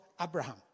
Abraham